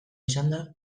izanda